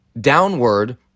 downward